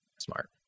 smart